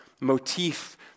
motif